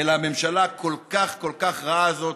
אלא הממשלה הכל-כך רעה הזאת.